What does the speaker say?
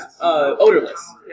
odorless